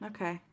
Okay